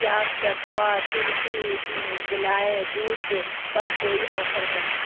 کیا کیپوا تلسی گلائے جوس پر کوئی آفر ہے